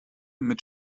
mit